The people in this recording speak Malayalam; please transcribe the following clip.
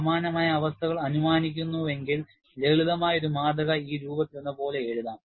സമാനമായ അവസ്ഥകൾ അനുമാനിക്കുന്നുവെങ്കിൽ ലളിതമായ ഒരു മാതൃക ഈ രൂപത്തിലെന്നപോലെ എഴുതാം